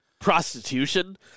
prostitution